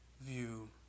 view